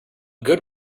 good